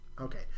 Okay